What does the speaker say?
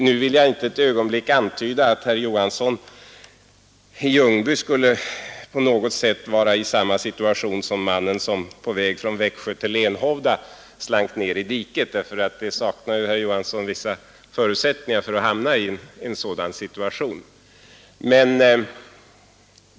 Nu vill jag inte ett ögonblick antyda att herr Johansson i Ljungby på något sätt skulle vara i samma situation som mannen på väg från Växjö till Lenhovda. Han slank ner i diket herr Johansson saknar ju vissa bestämda förutsättningar för att hamna i en sådan situation.